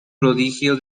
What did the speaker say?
prodigio